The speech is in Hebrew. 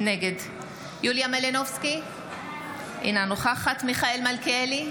נגד יוליה מלינובסקי, אינה נוכחת מיכאל מלכיאלי,